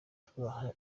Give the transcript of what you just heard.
tubaha